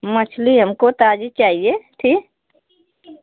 मछली हमको ताजी चाहिए थी